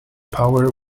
power